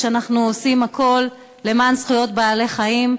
שאנחנו עושים הכול למען זכויות בעלי-החיים.